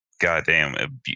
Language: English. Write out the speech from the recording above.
goddamn